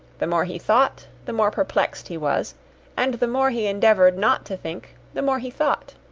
the more he thought, the more perplexed he was and the more he endeavoured not to think, the more he thought.